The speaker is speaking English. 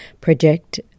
project